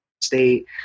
state